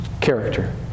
character